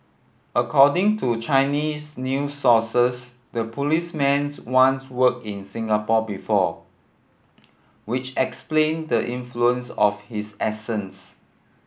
according to Chinese new sources the policeman's once worked in Singapore before which explain the influence of his accents